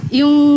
yung